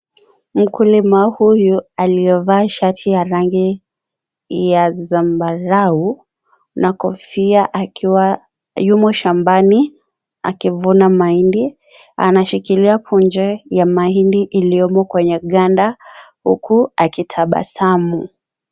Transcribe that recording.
Mkulima huyu aliyevaa shati ya rangi ya zambarau, na kofia akiwa yumo shambani akivuna mahindi. Anashikilia punje ya mahindi iliyomo kwenye ganda, huku akitabasamu.